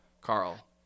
Carl